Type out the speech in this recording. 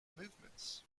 movements